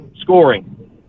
scoring